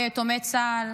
ביתומי צה"ל.